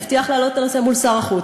שהבטיח להעלות את הנושא מול שר החוץ.